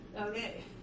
Okay